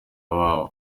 babo